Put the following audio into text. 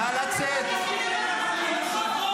להוציא אותו.